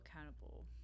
accountable